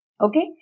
Okay